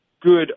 good